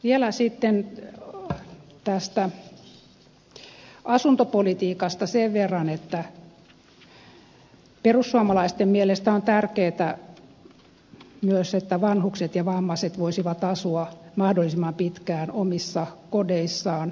vielä asuntopolitiikasta sen verran että perussuomalaisten mielestä on tärkeätä myös että vanhukset ja vammaiset voisivat asua mahdollisimman pitkään omissa kodeissaan